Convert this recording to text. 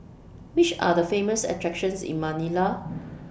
Which Are The Famous attractions in Manila